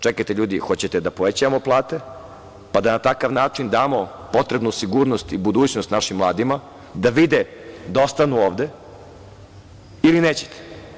Čekajte, ljudi, hoćete da povećavamo plate pa da na takav način damo potrebnu sigurnost i budućnost našim mladima, da vide da ostanu ovde, ili nećete?